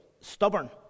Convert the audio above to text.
stubborn